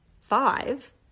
five